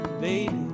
baby